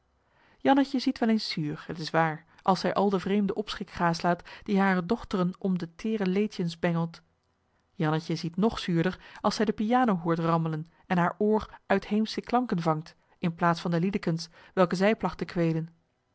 jannetje ziet wel eens zuur het is waar als zij al den vreemden opschik gâslaat die harer dochteren om de teêre leedjens bengelt jannetje ziet nog zuurder als zij de piano hoort rammelen en haar oor uitheemsche klanken vangt in plaats van de liedekens welke zij plagt te